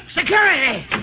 Security